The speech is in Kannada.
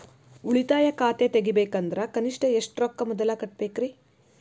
ಉಳಿತಾಯ ಖಾತೆ ತೆಗಿಬೇಕಂದ್ರ ಕನಿಷ್ಟ ಎಷ್ಟು ರೊಕ್ಕ ಮೊದಲ ಕಟ್ಟಬೇಕ್ರಿ?